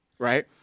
Right